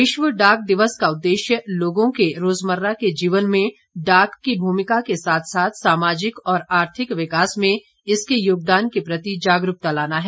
विश्व डाक दिवस का उद्देश्य लोगों के रोजमर्रा के जीवन में डाक की भूमिका के साथ साथ सामाजिक और आर्थिक विकास में इसके योगदान के प्रति जागरूकता लाना है